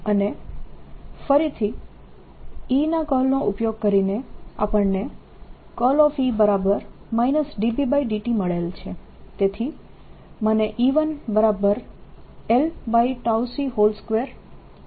અને ફરીથી E ના કર્લનો ઉપયોગ કરીને આપણને E Bt મળેલ છે તેથી મને E12E0 મળે છે